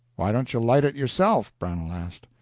why don't you light it yourself? brownell asked.